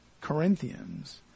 Corinthians